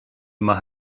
maith